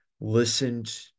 listened